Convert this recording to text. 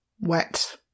wet